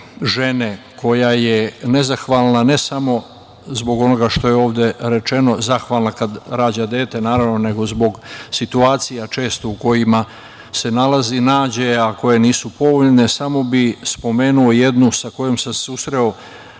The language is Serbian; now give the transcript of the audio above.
žene koja je nezahvalna ne samo zbog onoga što je ovde rečeno, zahvalna kada rađa dete naravno, nego zbog situacija često u kojima se nalazi, nađe, a koje nisu povoljne, samo bih spomenuo jednu sa kojom sam se susreo